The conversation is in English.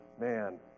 Man